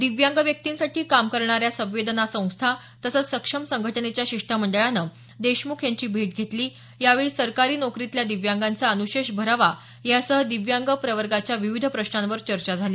दिव्यांग व्यक्तींसाठी काम करणाऱ्या संवेदना संस्था तसेच सक्षम संघटनेच्या शिष्टमंडळानं देशमुख यांची भेट घेतली यावेळी सरकारी नोकरीतला दिव्यांगांचा अन्शेष भरावा यासह दिव्यांग प्रवर्गाच्या विविध प्रश्नांवर चर्चा झाली